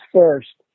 first